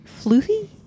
Floofy